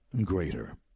greater